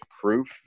proof